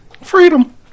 Freedom